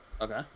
Okay